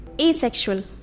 Asexual